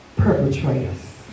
perpetrators